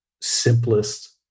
simplest